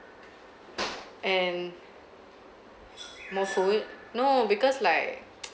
and more food no because like